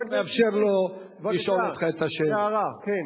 נאפשר לו לשאול אותך את השאלה.